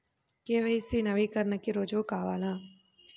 KYC నవీకరణకి రుజువు కావాలా?